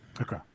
Okay